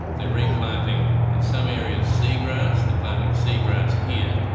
they're replanting in some areas seagrass, they're planting seagrass here.